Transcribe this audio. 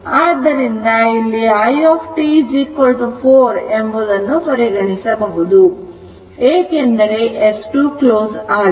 ಆದ್ದರಿಂದ ಇಲ್ಲಿ i t 4 ಎಂಬುದನ್ನು ಪರಿಗಣಿಸಬಹುದು ಏಕೆಂದರೆ S 2 ಕ್ಲೋಸ್ ಆಗಿದೆ